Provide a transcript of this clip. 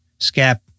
SCAP